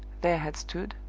there had stood,